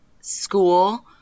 school